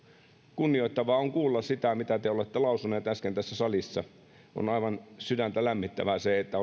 kunnioittavaa on ollut kuulla mitä te olette lausuneet äsken tässä salissa on aivan sydäntä lämmittävää että